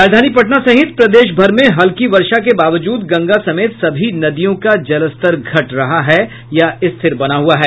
राजधानी पटना सहित प्रदेश भर में हल्की वर्षा के बावजूद गंगा समेत सभी नदियों का जलस्तर घट रहा है या स्थिर बना हुआ है